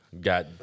got